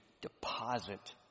deposit